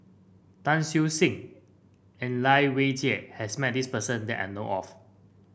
Tan Siew Sin and Lai Weijie has met this person that I know of